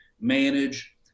manage